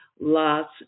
Lots